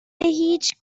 هیچ